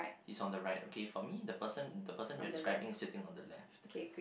he's on the right okay for me the person the person you are describing is sitting on the left